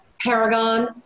Paragon